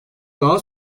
daha